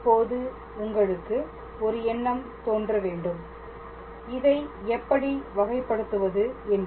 இப்போது உங்களுக்கு ஒரு எண்ணம் தோன்ற வேண்டும் இதை எப்படி வகைப்படுத்துவது என்று